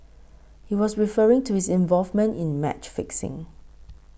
he was referring to his involvement in match fixing